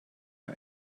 mir